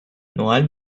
noel